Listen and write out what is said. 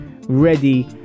ready